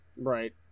right